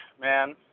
man